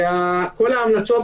וכל ההמלצות,